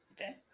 Okay